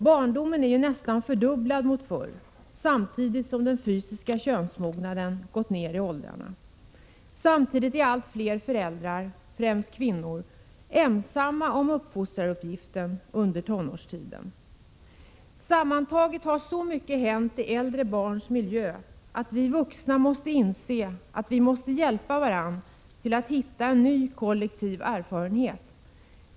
Barndomen är ju nästan dubbelt så lång som tidigare, samtidigt som den fysiska könsmognaden gått ner i åldrarna. Allt fler föräldrar, främst kvinnor, är numera ensamma om uppfostraruppgiften under tonårstiden. Sammantaget har så mycket hänt i äldre barns miljö att det är nödvändigt att vi vuxna inser att vi måste hjälpa varandra att hitta en ny kollektiv erfarenhet.